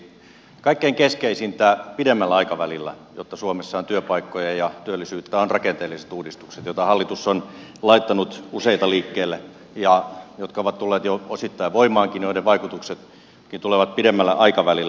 kaikkein keskeisimpiä pidemmällä aikavälillä jotta suomessa on työpaikkoja ja työllisyyttä ovat rakenteelliset uudistukset joita hallitus on laittanut useita liikkeelle jotka ovat tulleet jo osittain voimaankin ja joiden vaikutuksetkin tulevat pidemmällä aikavälillä